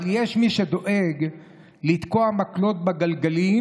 אבל יש מי שדואג לתקוע מקלות בגלגלים